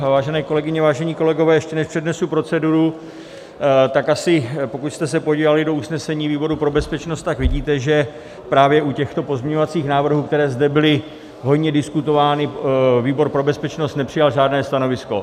Vážené kolegyně, vážení kolegové, ještě než přednesu proceduru, tak pokud jste se podívali do usnesení výboru pro bezpečnost, vidíte, že právě u těchto pozměňovacích návrhů, které zde byly hojně diskutovány, výbor pro bezpečnost nepřijal žádné stanovisko.